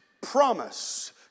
promise